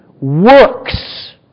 works